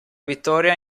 vittoria